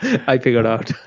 i figured out.